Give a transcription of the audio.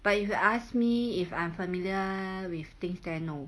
but if you ask me if I'm familiar with things there no